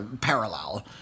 parallel